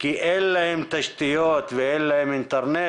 כי אין להם תשתיות ואין להם אינטרנט